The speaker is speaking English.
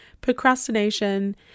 Procrastination